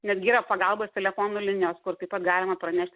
netgi yra pagalbos telefonu linijos kur taip pat galima pranešti